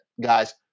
guys